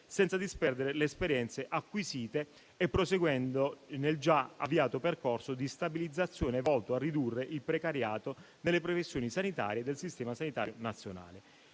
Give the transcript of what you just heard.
senza disperdere le esperienze acquisite e proseguendo nel già avviato percorso di stabilizzazione volto a ridurre il precariato nelle professioni sanitarie e nel sistema sanitario nazionale».